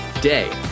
day